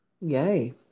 Yay